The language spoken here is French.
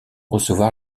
recevoir